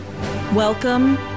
Welcome